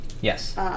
Yes